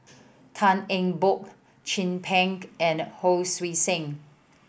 Tan Eng Bock Chin Peng and Hon Sui Sen